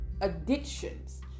addictions